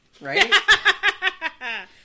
right